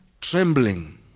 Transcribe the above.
trembling